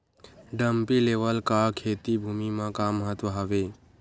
Dumpy level का खेती भुमि म का महत्व हावे?